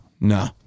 no